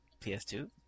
PS2